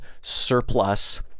surplus